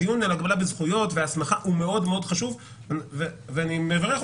הדיון על הגבלה בזכויות והסמכה הוא מאוד מאוד חשוב אבל יש כאן